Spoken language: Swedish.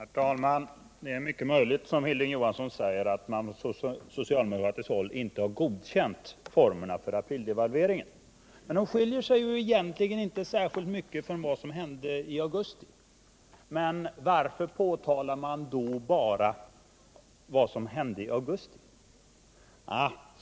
Herr talman! Det är mycket möjligt så som Hilding Johansson säger, att man från socialdemokratiskt håll inte godkänt formerna för aprildevalveringen. Men formerna skiljer sig inte särskilt mycket från hur det gick till i augusti. Varför påtalar man bara vad som hände i augusti?